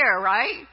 right